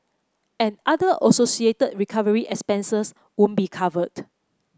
and other associated recovery expenses would be covered